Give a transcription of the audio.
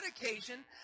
occasion